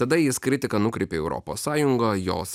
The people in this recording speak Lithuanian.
tada jis kritiką nukreipė į europos sąjungą jos